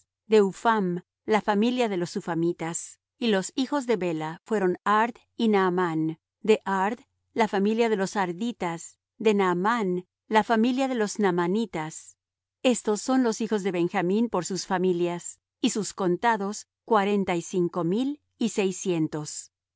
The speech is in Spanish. de hupham la familia de los huphamitas y los hijos de bela fueron ard y naamán de ard la familia de los arditas de naamán la familia de los naamanitas estos son los hijos de benjamín por sus familias y sus contados cuarenta y cinco mil y seiscientos